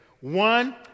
One